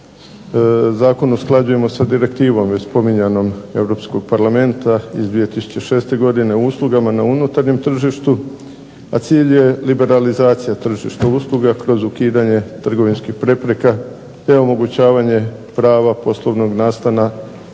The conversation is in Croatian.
Zakon usklađujemo sa direktivom već spominjanom Europskog parlamenta iz 2006. godine o uslugama na unutarnjem tržištu, a cilj je liberalizacija tržišta usluga kroz ukidanje trgovinskih prepreka, te omogućavanje prava poslovnog nastana i